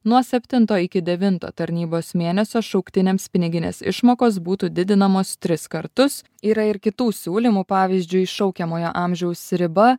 nuo septinto iki devinto tarnybos mėnesio šauktiniams piniginės išmokos būtų didinamos tris kartus yra ir kitų siūlymų pavyzdžiui šaukiamojo amžiaus riba